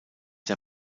der